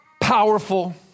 powerful